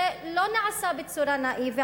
זה לא נעשה בצורה נאיבית,